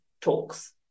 talks